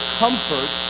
comfort